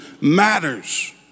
matters